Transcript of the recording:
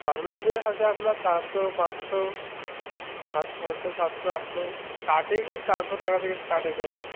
formal dress আছে আপনার চারশো পাঁচশো আর ছশো সাতশো আটশো স্টার্টিংই চারশো টাকা থেকে স্টার্ট এখানে